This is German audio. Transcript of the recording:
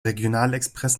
regionalexpress